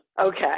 Okay